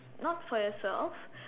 not for yourself